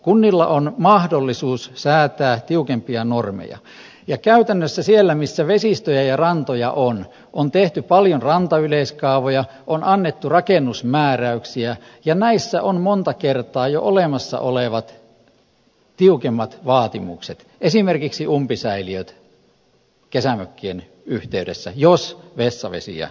kunnilla on mahdollisuus säätää tiukempia normeja ja käytännössä siellä missä vesistöjä ja rantoja on on tehty paljon rantayleiskaavoja on annettu rakennusmääräyksiä ja näissä on monta kertaa jo olemassa olevat tiukemmat vaatimukset esimerkiksi umpisäiliöistä kesämökkien yhteydessä jos vessavesiä pidetään